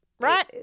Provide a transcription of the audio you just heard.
Right